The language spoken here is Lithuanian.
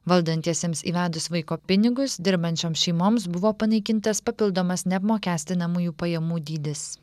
valdantiesiems įvedus vaiko pinigus dirbančioms šeimoms buvo panaikintas papildomas neapmokestinamųjų pajamų dydis